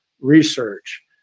research